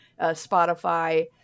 Spotify